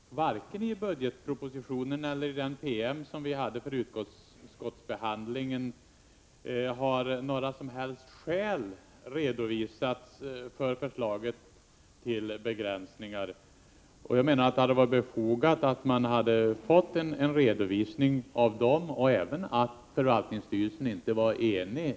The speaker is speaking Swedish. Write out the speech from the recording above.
Herr talman! Varken i budgetpropositionen eller i den PM vi hade som underlag vid utskottsbehandlingen har några som helst skäl redovisats för förslaget till begränsningar när det gäller användningen av plenisalen. Jag menar att det hade varit befogat att få en redovisning av dem och en upplysning om att förvaltningsstyrelsen inte var enig.